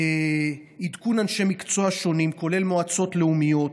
עדכון אנשי מקצוע שונים, כולל מועצות לאומיות,